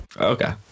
Okay